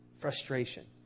frustration